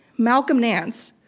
malcolm nance,